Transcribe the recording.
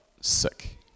sick